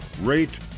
rate